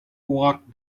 walked